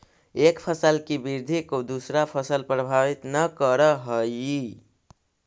एक फसल की वृद्धि को दूसरा फसल प्रभावित न करअ हई